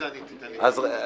תקצרו.